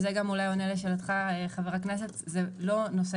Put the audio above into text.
זה מה שעונה לשאלת חבר הכנסת - זה לא נושא